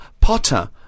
Potter